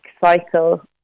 cycle